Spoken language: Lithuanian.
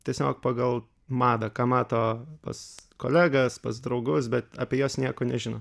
tiesiog pagal madą ką mato pas kolegas pas draugus bet apie juos nieko nežino